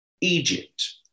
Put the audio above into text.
Egypt